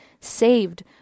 saved